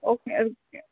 okay okay